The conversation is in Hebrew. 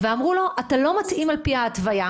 ואמרו לו שהוא לא מתאים על פי ההתוויה?